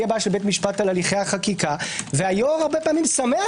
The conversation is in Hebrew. בעיה של בית המשפט על הליכה החקיקה והיו"ר הרבה פעמים שמח